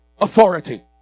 authority